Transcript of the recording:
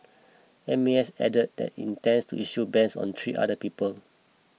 M A S added that intends to issue bans on three other people